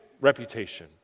reputation